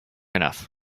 enough